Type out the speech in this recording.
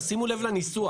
תשימו לב לניסוח.